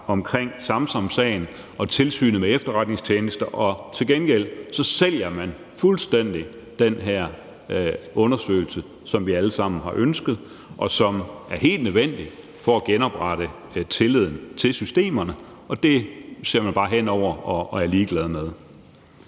omkring Samsamsagen og Tilsynet med Efterretningstjenesterne. Til gengæld sælger man fuldstændig den her undersøgelse, som vi alle sammen har ønsket, og som er helt nødvendig for at genoprette tilliden til systemerne. Det ser man bare hen over og er ligeglad med.